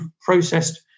processed